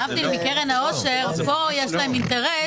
להבדיל מקרן העושר פה יש להם אינטרס.